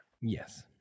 Yes